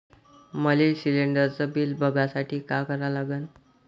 मले शिलिंडरचं बिल बघसाठी का करा लागन?